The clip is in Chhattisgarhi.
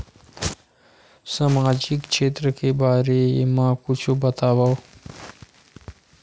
सामजिक क्षेत्र के बारे मा कुछु बतावव?